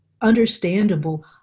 understandable